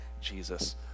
Jesus